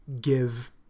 give